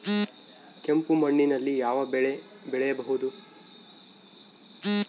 ಕೆಂಪು ಮಣ್ಣಿನಲ್ಲಿ ಯಾವ ಬೆಳೆ ಬೆಳೆಯಬಹುದು?